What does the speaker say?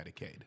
Medicaid